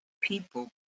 people